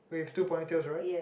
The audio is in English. with two ponytails right